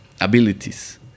abilities